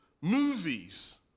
movies